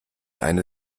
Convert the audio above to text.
eine